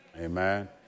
Amen